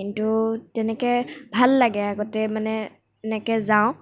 কিন্তু তেনেকৈ ভাল লাগে আগতে মানে এনেকৈ যাওঁ